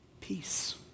peace